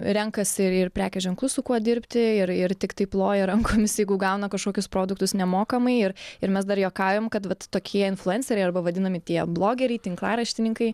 renkasi prekės ženklus su kuo dirbti ir ir tiktai ploja rankomis jeigu gauna kažkokius produktus nemokamai ir ir mes dar juokaujam kad vat tokie influenceriai arba vadinami tie blogeriai tinklaraštininkai